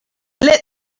lit